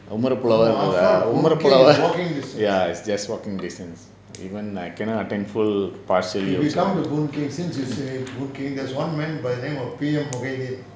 Umar Pulavar Umar Pulavar pulavar umar pulavar ya it's just walking distance even I cannot attend full partially I also